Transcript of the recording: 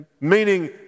meaning